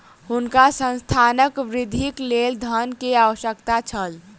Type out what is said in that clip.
हुनका संस्थानक वृद्धिक लेल धन के आवश्यकता छल